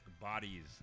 bodies